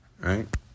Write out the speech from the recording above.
right